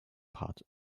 part